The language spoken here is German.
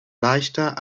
leichter